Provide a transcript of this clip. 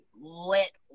let